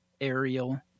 aerial